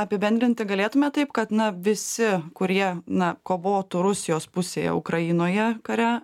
apibendrinti galėtume taip kad na visi kurie na kovotų rusijos pusėje ukrainoje kare